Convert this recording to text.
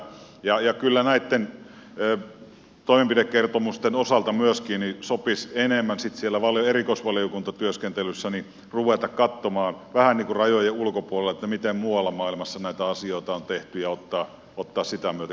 ja kyllä näitten toimenpidekertomusten osalta myöskin sopisi enemmän sitten siellä erikoisvaliokuntatyöskentelyssä ruveta katsomaan vähän niin kuin rajojen ulkopuolelle miten muualla maailmassa näitä asioita on tehty ja ottaa sitä myöten kantaa sitten